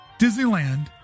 Disneyland